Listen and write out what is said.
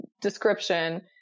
description